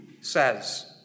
says